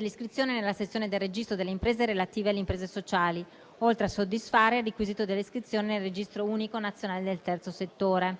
l'iscrizione nella sezione del Registro delle imprese relativa alle imprese sociali, oltre a soddisfare il requisito dell'iscrizione nel Registro unico nazionale del Terzo settore,